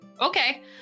Okay